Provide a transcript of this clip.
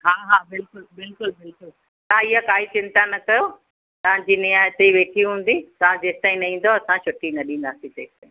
हा हा बिल्कुलु बिल्कुलु बिल्कुलु तव्हां इहा काई चिंता न कयो तव्हां जी नेहा हिते ई वेठी हूंदी तव्हां जेसताईं न ईंदव असां छुटी न ॾींदासीं तेसताईं